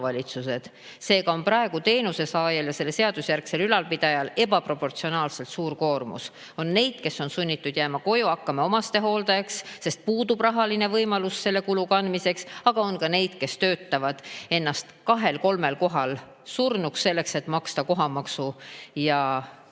Seega on praegu teenuse saajal ja seadusjärgsel ülalpidajal ebaproportsionaalselt suur koormus. On neid, kes on sunnitud jääma koju, hakkama lähedase hooldajaks, sest puudub rahaline võimalus selle kulu kandmiseks. Aga on ka neid, kes töötavad ennast kahel-kolmel kohal surnuks, selleks et maksta kohamaksu ja